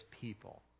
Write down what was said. people